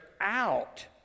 out